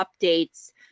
updates